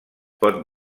pot